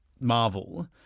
Marvel